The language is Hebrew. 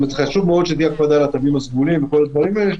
חשוב מאוד שתהיה הקפדה על התווים הסגולים וכל הדברים האלה,